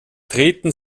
treten